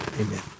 amen